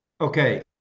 Okay